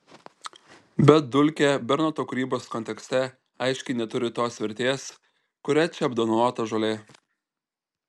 bet dulkė bernoto kūrybos kontekste aiškiai neturi tos vertės kuria čia apdovanota žolė